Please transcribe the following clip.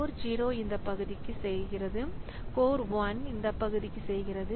core 0 இந்த பகுதிக்கு செய்கிறது கோர் 1 இந்த பகுதிக்கு செய்கிறது